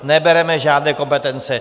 Nebereme žádné kompetence.